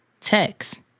text